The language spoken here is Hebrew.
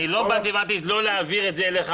אני לא באתי ואמרתי לא להעביר את זה אליך.